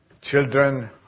children